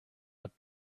hat